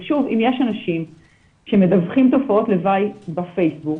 אז אם יש אנשים שמדווחים תופעות לוואי בפייסבוק,